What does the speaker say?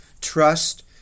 trust